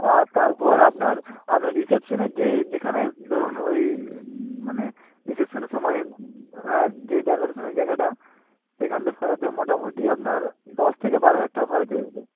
আর তারপর আপনার আপনার রিসেপশনের যে যেখানে ধরুন ওই মানে রিসেপশনের সময়ে হ্যাঁ যে ডেকোরেশনের জায়গাটা সেইখানটা সাজাতে মোটামুটি আপনার দশ থেকে বারো হাজার টাকা খরচ আসবে